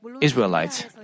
Israelites